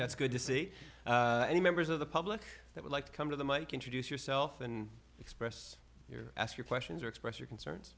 that's good to see any members of the public that would like to come to the mike introduce yourself and express your ask your questions or express your concerns